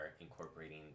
incorporating